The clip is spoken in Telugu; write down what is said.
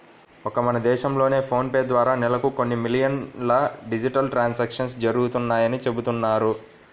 ఒక్క మన దేశంలోనే ఫోన్ పే ద్వారా నెలకు కొన్ని మిలియన్ల డిజిటల్ ట్రాన్సాక్షన్స్ జరుగుతున్నాయని చెబుతున్నారు